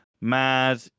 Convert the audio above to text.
mad